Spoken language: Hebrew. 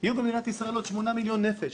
יהיו במדינת ישראל עוד שמונה מיליון נפש,